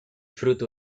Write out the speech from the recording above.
fruto